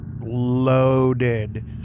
loaded